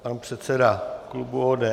Pan předseda klubu ODS.